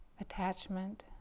attachment